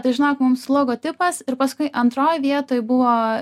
tai žinok mums logotipas ir paskui antroj vietoj buvo